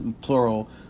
plural